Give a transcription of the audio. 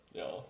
ja